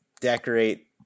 decorate